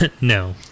no